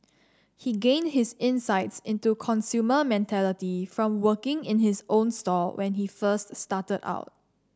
he gained his insights into consumer mentality from working in his own store when he first started out